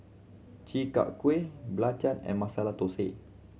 Chi Kak Kuih belacan and Masala Thosai